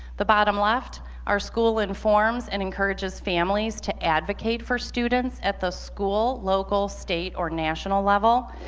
the bottom left our school informs and encourages families to advocate for students at the school local state or national level